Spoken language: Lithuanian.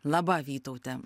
laba vytaute